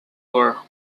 war